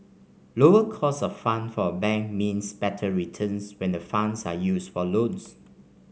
lower cost of fund for a bank means better returns when the funds are used for loans